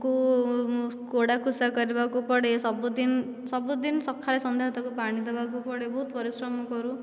କୁ କୋଡ଼ା ଖୋସା କରିବାକୁ ପଡ଼େ ସବୁଦିନ ସବୁଦିନ ସକାଳେ ସନ୍ଧ୍ୟାରେ ତାକୁ ପାଣି ଦେବାକୁ ପଡ଼େ ବହୁତ ପରିଶ୍ରମ କରୁ